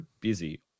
busy